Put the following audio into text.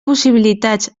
possibilitats